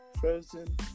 frozen